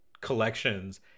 collections